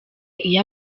iyo